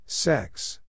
Sex